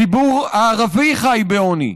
הציבור הערבי חי בעוני.